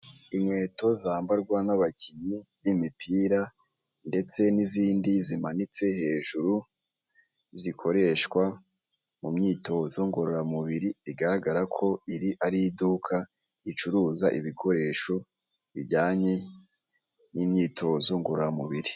Inkweto zambarwa n'abakinnyi b'imipira ndetse n'izindi zimanitse hejuru zikoreshwa mu myitozo ngororamubiri, bigaragara ko iri ari iduka ricuruza ibikoresho bijyanye n'imyitozo ngororamubiri.